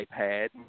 iPad